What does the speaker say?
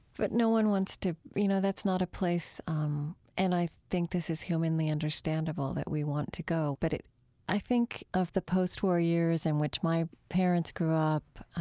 but no one wants to you know, that's not a place um and i think this is humanly understandable that we want to go. but i think of the post-war years in which my parents grew up,